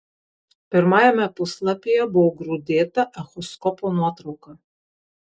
pirmajame puslapyje buvo grūdėta echoskopo nuotrauka